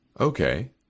Okay